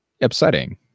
upsetting